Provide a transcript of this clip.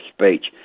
speech